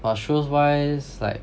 but shows-wise like